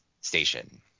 station